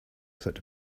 such